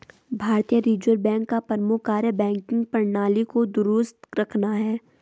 भारतीय Reserve Bank का प्रमुख कार्य बैंकिंग प्रणाली को दुरुस्त रखना है